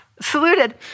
saluted